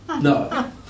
no